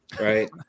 right